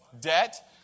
Debt